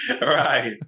right